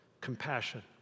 compassion